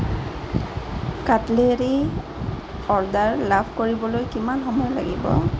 cutlery order লাভ কৰিবলৈ কিমান সময় লাগিব